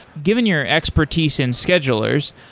given your expertise in schedulers,